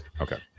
Okay